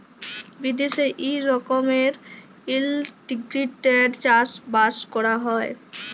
বিদ্যাশে ই রকমের ইলটিগ্রেটেড চাষ বাস ক্যরা হ্যয়